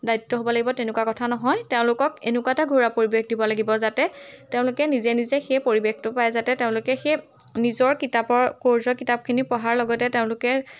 দায়িত্ব হ'ব লাগিব তেনেকুৱা কথা নহয় তেওঁলোকক এনেকুৱা এটা ঘৰুৱা পৰিৱেশ দিব লাগিব যাতে তেওঁলোকে নিজে নিজে সেই পৰিৱেশটো পায় যাতে তেওঁলোকে সেই নিজৰ কিতাপৰ কৌৰ্চৰ কিতাপখিনি পঢ়াৰ লগতে তেওঁলোকে